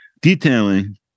detailing